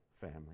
family